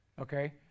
okay